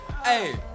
Hey